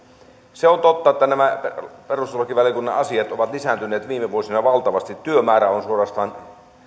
se on totta että nämä perustuslakivaliokunnan asiat ovat lisääntyneet viime vuosina valtavasti työmäärä